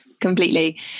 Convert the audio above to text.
Completely